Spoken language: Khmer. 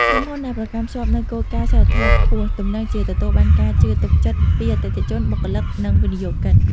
ក្រុមហ៊ុនដែលប្រកាន់ខ្ជាប់នូវគោលការណ៍សីលធម៌ខ្ពស់ ទំនងជាទទួលបានការជឿទុកចិត្តពីអតិថិជន បុគ្គលិក និងវិនិយោគិន។